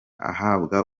ahabwa